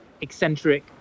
eccentric